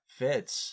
fits